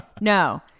No